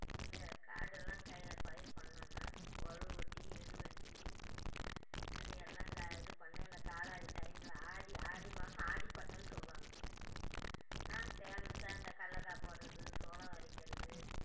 இங்கே காடெல்லாம் கய பயிர் பண்ணோன்னால் உழவு ஓட்டி எரு அடித்து அது எல்லாம் க இது பண்ணி அந்த காலாவதி டைமில் ஆடி ஆடி மாதம் ஆடி பட்டம்னு சொல்லுவாங்கங்க நான் பேமஸாக இந்த கடலக்கா போடுறது சோளம் வெதைக்கிறது